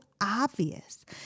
obvious